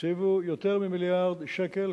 הקציבו יותר ממיליארד שקל.